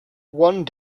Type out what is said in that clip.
one